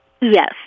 Yes